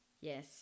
Yes